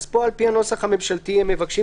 פה על פי הנוסח הממשלתי הם מבקשים